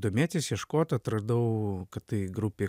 domėtis ieškot atradau kad tai grupė